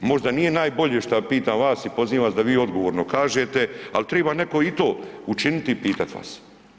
Možda nije najbolje šta pitam vas i pozivam vas da vi odgovorno kažete, al triba neko i to učiniti i pitat vas.